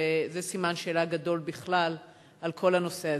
וזה סימן שאלה גדול בכלל על כל הנושא הזה.